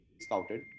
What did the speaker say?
scouted